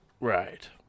Right